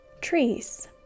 trees